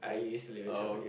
I used to live in Tampines